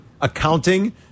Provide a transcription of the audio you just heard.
accounting